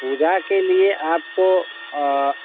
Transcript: पूजा के लिए आप